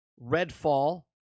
Redfall